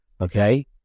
Okay